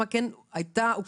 שבו